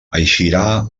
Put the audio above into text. eixirà